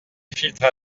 filtres